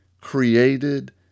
created